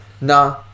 nah